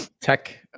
tech